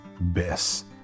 best